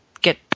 get